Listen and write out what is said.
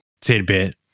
tidbit